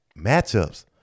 matchups